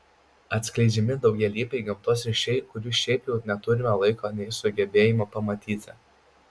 atskleidžiami daugialypiai gamtos ryšiai kurių šiaip jau neturime laiko nei sugebėjimo pamatyti